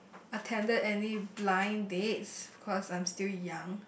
attended any blind dates because I'm still young